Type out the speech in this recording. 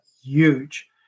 huge